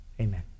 Amen